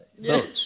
Votes